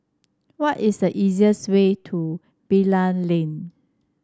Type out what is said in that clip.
what is the easiest way to Bilal Lane